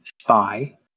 spy